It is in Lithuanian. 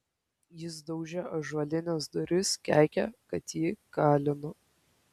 jis daužė ąžuolines duris keikė kad jį kalinu